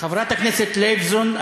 חברת הכנסת לייבזון,